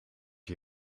een